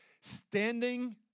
standing